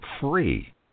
free